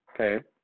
Okay